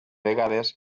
vegades